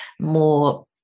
more